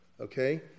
Okay